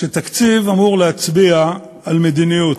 שתקציב אמור להצביע על מדיניות.